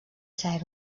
ser